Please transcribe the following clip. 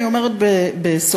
אני אומרת בסוגריים,